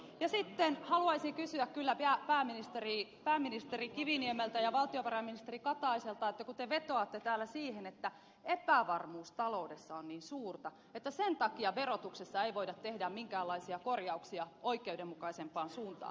sitten haluaisin kysyä kyllä pääministeri kiviniemeltä ja valtiovarainministeri kataiselta kun te vetoatte täällä siihen että epävarmuus taloudessa on niin suurta että sen takia verotuksessa ei voida tehdä minkäänlaisia korjauksia oikeudenmukaisempaan suuntaan